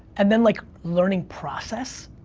and then, like, learning process.